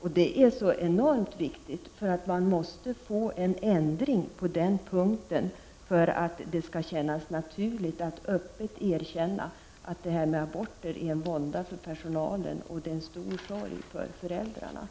håller längre. Detta är enormt viktigt. Vi måste få en ändring till stånd på den punkten för att det skall bli naturligt att öppet erkänna att aborter är en vånda för personalen och en stor sorg för föräldrarna.